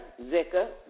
Zika